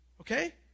Okay